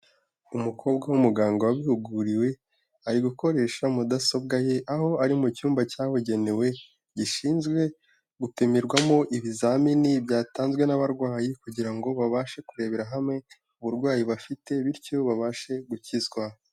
Umukobwa w'umuganga wabihuguriwe ari gukoresha mudasobwa ye, aho ari mu cyumba cyabugenewe gishinzwe gupimirwamo ibizamini byatanzwe n'abarwayi kugira ngo babashe kurebera hamwe uburwayi bafite, bityo babashe gukizwa.